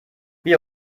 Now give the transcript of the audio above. wie